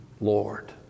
Lord